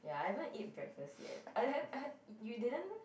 ya I haven't eat breakfast yet I you didn't